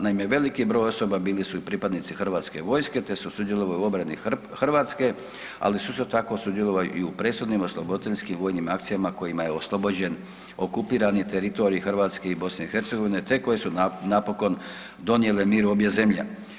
Naime, veliki broj osoba bili su i pripadnici HV-a, te su sudjelovali u obrani Hrvatske, ali su isto tako sudjelovali i u presudnim osloboditeljskim vojnim akcijama kojima je oslobođen okupirani teritorij Hrvatske i BiH, te koje su napokon donijele mir u obje zemlje.